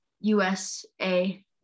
USA